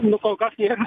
nu kol kas nėra